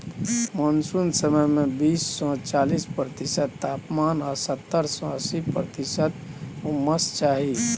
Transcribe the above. monsoon समय मे बीस सँ चालीस प्रतिशत तापमान आ सत्तर सँ अस्सी प्रतिशत उम्मस चाही